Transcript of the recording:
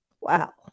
Wow